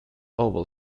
oval